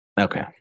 okay